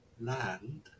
land